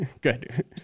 Good